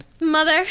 Mother